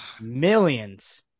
millions